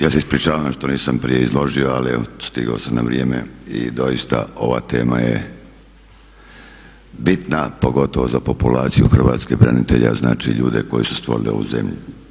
Ja se ispričavam što nisam prije izložio, ali evo stigao sam na vrijeme i doista ova tema je bitna pogotovo za populaciju hrvatskih branitelja, znači ljudi koji su stvorili ovu zemlju.